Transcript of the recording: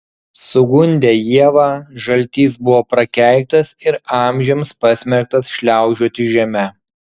sugundę ievą žaltys buvo prakeiktas ir amžiams pasmerktas šliaužioti žeme